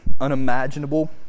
unimaginable